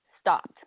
stopped